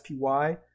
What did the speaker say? SPY